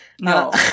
No